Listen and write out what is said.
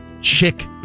chick